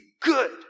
good